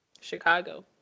Chicago